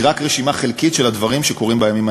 זו רק רשימה חלקית של הדברים שקורים בימים